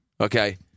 Okay